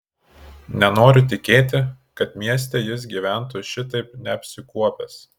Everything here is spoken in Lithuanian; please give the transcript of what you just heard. nenoriu tikėti kad mieste jis gyventų šitaip neapsikuopęs